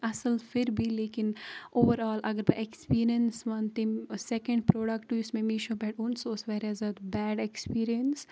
اَصٕل پھر بھی لیکِن اوٚوَرآل اگر بہٕ ایٮ۪کسپیٖریَنس وَن تٔمۍ سیٚک۪نٛڈ پرٛوڈَکٹ یُس مےٚ میٖشو پٮ۪ٹھ اوٚن سُہ اوس واریاہ زیادٕ بیڈ ایٚکسپیٖریَنس